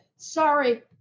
sorry